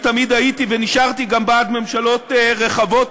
תמיד הייתי ונשארתי גם בעד ממשלות רחבות,